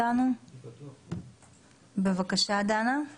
שנזקקים לטיפול הזה ואחד הדברים שמפריעים מאוד,